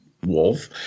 wolf